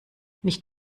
nicht